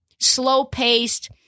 slow-paced